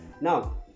Now